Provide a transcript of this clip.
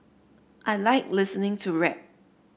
I like listening to rap